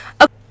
Okay